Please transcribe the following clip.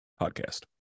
podcast